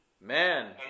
Man